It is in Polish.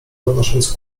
podnosząc